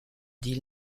dit